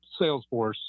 Salesforce